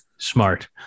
Smart